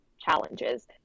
challenges